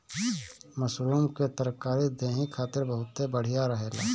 mushroom के तरकारी देहि खातिर बहुते बढ़िया रहेला